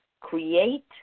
create